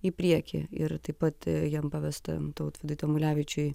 į priekį ir taip pat jam pavesta tautvydui tamulevičiui